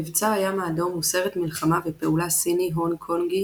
מבצע הים האדום הוא סרט מלחמה ופעולה סיני-הונג קונגי